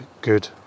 good